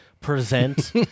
present